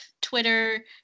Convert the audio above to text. Twitter